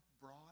brought